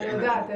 אני יודעת.